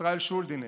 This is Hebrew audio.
ישראל שולדינר,